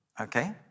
okay